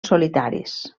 solitaris